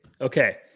Okay